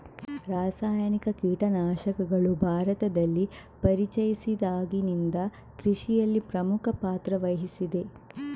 ರಾಸಾಯನಿಕ ಕೀಟನಾಶಕಗಳು ಭಾರತದಲ್ಲಿ ಪರಿಚಯಿಸಿದಾಗಿಂದ ಕೃಷಿಯಲ್ಲಿ ಪ್ರಮುಖ ಪಾತ್ರ ವಹಿಸಿದೆ